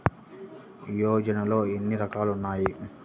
యోజనలో ఏన్ని రకాలు ఉన్నాయి?